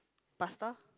pasta